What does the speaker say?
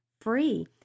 free